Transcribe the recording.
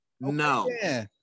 No